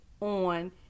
on